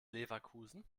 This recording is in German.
leverkusen